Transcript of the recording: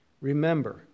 remember